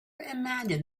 imagined